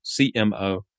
CMO